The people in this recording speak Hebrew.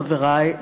חברי,